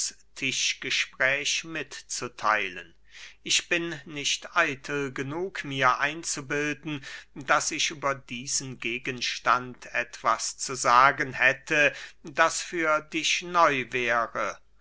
tischgespräch mitzutheilen ich bin nicht eitel genug mir einzubilden daß ich über diesen gegenstand etwas zu sagen hätte das für dich neu wäre